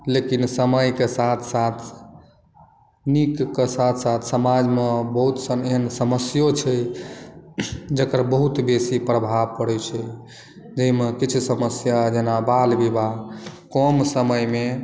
लेकिन समय के साथ साथ नीक के साथ साथ समाज मे बहुत सन एहन समस्यो छै जकर बहुत बेसी प्रभाव परै छै जाहिमे किछु समस्या जेना बाल विवाह कम समय मे